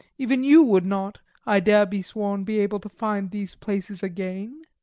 even you would not, i dare be sworn, be able to find these places again?